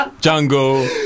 jungle